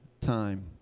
time